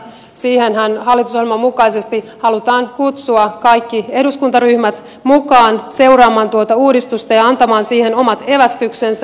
siihenhän hallitusohjelman mukaisesti halutaan kutsua kaikki eduskuntaryhmät mukaan seuraamaan tuota uudistusta ja antamaan siihen omat evästyksensä